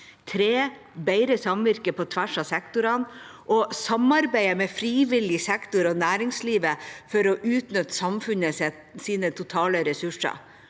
3. Samvirke på tvers av sektorene og samarbeid med frivillig sektor og næringsliv for å utnytte samfunnets totale ressurser